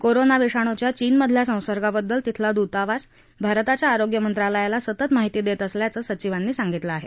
corona विषाणूच्या चीनमधल्या संसर्गाबद्दल तिथला दूतावास भारताच्या आरोग्य मंत्रालयाला सतत माहिती देत असल्याचं सचिवांनी सांगितलं आहे